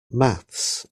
maths